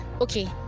okay